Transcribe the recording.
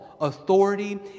Authority